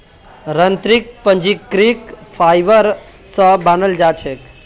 तंत्रीक प्राकृतिक फाइबर स बनाल जा छेक